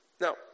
Now